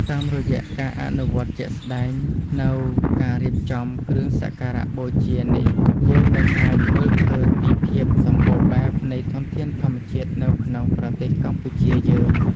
តាមរយៈការអនុវត្តជាក់ស្តែងនូវការរៀបចំគ្រឿងសក្ការបូជានេះយើងនឹងអាចមើលឃើញពីភាពសម្បូរបែបនៃធនធានធម្មជាតិនៅក្នុងប្រទេសកម្ពុជាយើង។